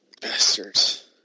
Bastards